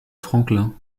franklin